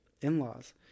in-laws